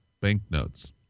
banknotes